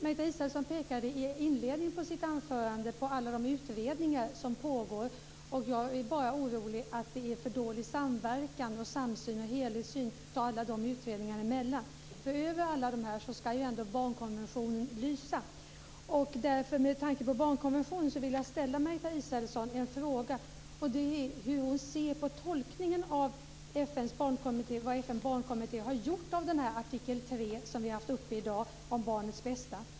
Margareta Israelsson pekade i inledningen av sitt anförande på alla de utredningar som pågår. Jag är orolig för att det är för dålig samverkan, samsyn och helhetssyn mellan alla dessa utredningar. Över alla dessa ska ju barnkonventionen lysa. Med tanke på barnkonventionen vill jag ställa en fråga till Margareta Israelsson. Hur ser hon på den tolkning som FN:s barnkommitté har gjort av artikel 3 om barnets bästa som vi har haft uppe i dag?